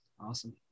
Awesome